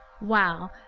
Wow